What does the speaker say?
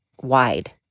wide